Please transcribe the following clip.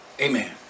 Amen